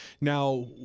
Now